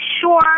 sure